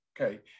Okay